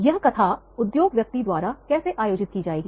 यह कथा उद्योग व्यक्ति द्वारा कैसे आयोजित की जाएगी